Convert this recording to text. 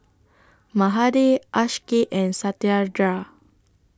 Mahade Akshay and Satyendra